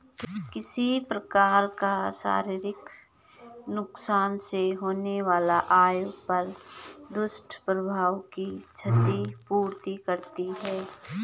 किसी प्रकार का शारीरिक नुकसान से होने वाला आय पर दुष्प्रभाव की क्षति पूर्ति करती है